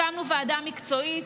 הקמנו ועדה מקצועית,